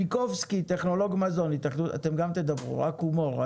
אתם גם תדברו, זה בהומור.